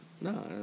no